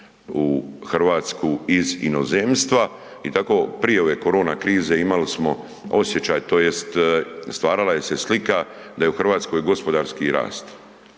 u RH iz inozemstva. I tako prije ove korona krize imali smo osjećaj tj. stvarala je se slika da je u RH gospodarski rast.